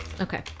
Okay